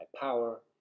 power